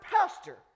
pastor